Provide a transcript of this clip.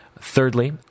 Thirdly